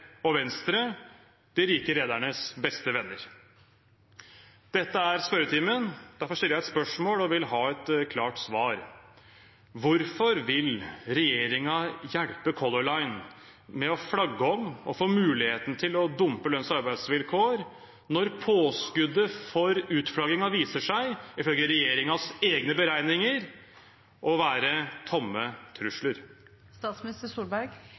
og Venstre – de rike redernes beste venner. Dette er spørretimen. Derfor stiller jeg et spørsmål og vil ha et klart svar: Hvorfor vil regjeringen hjelpe Color Line med å flagge om og få muligheten til å dumpe lønns- og arbeidsvilkår når påskuddet for utflaggingen viser seg, ifølge regjeringens egne beregninger, å være tomme